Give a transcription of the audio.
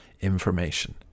information